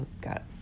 Got